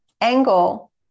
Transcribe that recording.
angle